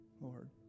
Lord